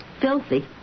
Filthy